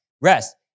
Rest